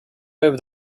over